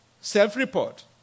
self-report